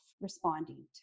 responding